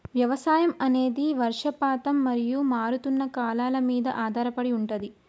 వ్యవసాయం అనేది వర్షపాతం మరియు మారుతున్న కాలాల మీద ఆధారపడి ఉంటది